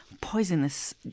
poisonous